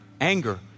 anger